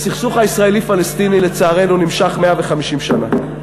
הסכסוך הישראלי-פלסטיני, לצערנו, נמשך 150 שנה.